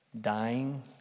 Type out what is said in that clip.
Dying